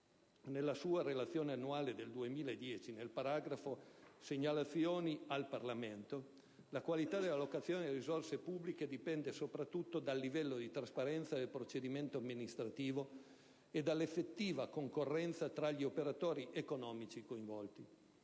nella sua Relazione annuale del 2010, nel paragrafo «segnalazioni al Parlamento», la qualità dell'allocazione delle risorse pubbliche dipende soprattutto dal livello di trasparenza del procedimento amministrativo e dall'effettiva concorrenza tra gli operatori economici coinvolti.